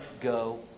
go